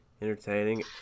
entertaining